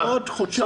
בעוד חודשיים.